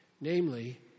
Namely